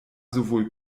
sowohl